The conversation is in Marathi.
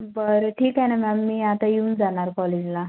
बरं ठीक आहे ना मॅम मी आता येऊन जाणार कॉलेजला